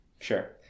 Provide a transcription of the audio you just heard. Sure